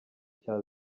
cya